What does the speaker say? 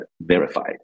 verified